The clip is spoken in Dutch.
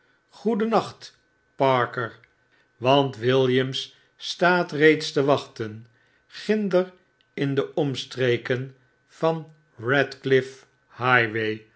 klok goedennacht parker want williams staat reeds te wachten ginder in deomstreken van